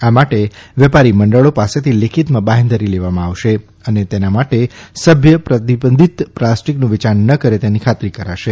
આ માટે વેપારીમંડળો પાસેથી લેખિતમાં બાંહેધરી લેવામાં આવશે અને તેના કોઇ સભ્ય પ્રતિબંધિત પ્લાસ્ટીકનું વેયાણ ન કરે તેની ખાત્રી કરાશે